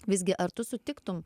visgi ar tu sutiktum